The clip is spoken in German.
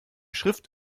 schrift